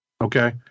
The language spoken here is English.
Okay